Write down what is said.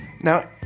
Now